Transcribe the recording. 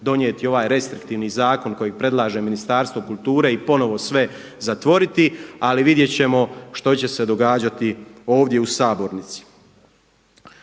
donijeti ovaj restriktivni zakon kojeg predlaže Ministarstvo kulture i ponovo sve zatvoriti. Ali vidjet ćemo što će se događati ovdje u sabornici.